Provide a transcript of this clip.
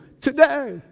today